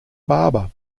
barber